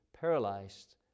paralyzed